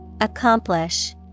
Accomplish